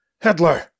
Hitler